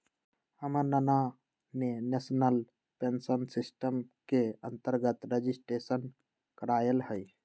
हमर नना ने नेशनल पेंशन सिस्टम के अंतर्गत रजिस्ट्रेशन करायल हइ